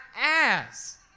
ass